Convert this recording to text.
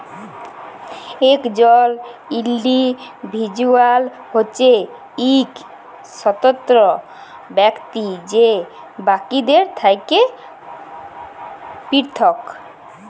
একজল ইল্ডিভিজুয়াল হছে ইক স্বতন্ত্র ব্যক্তি যে বাকিদের থ্যাকে পিরথক